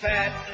Fat